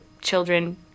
children